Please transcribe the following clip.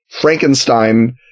Frankenstein